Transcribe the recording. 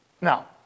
Now